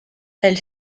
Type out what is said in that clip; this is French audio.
elle